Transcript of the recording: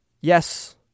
yes